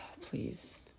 Please